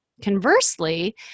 conversely